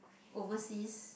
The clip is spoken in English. overseas